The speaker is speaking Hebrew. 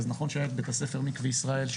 אז נכון שהיה את בית הספר מקווה ישראל,